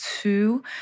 two